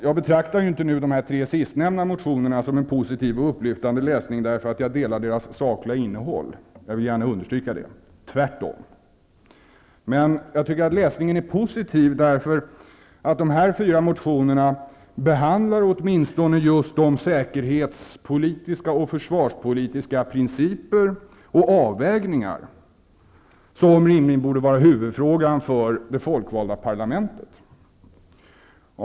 Jag betraktar inte de tre sistnämnda motionerna som en positiv och upplyftande läsning därför att jag delar deras sakliga innehåll -- jag vill gärna understryka det. Tvärtom! Men jag tycker att läsningen är positiv därför att dessa fyra motioner åtminstone behandlar just de säkerhets och försvarspolitiska principer och avvägningar som rimligen borde vara huvudfrågan för det folkvalda parlamentet.